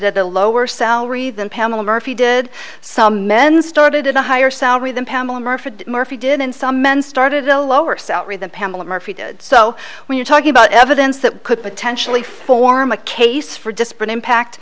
started at a lower salary than pamela murphy did some men started at a higher salary than pamela murphy murphy did and some men started a lower salary than pamela murphy did so when you're talking about evidence that could potentially form a case for disparate impact